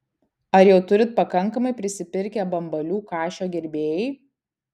ar jau turit pakankamai prisipirkę bambalių kašio gerbėjai